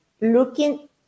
looking